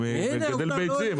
הוא מגדל ביצים,